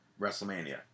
WrestleMania